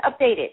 updated